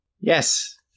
Yes